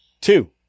two